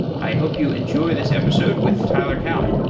i hope you enjoy this episode with tyler cowen.